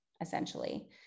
essentially